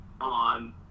on